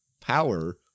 power